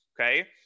okay